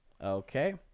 okay